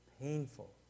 painful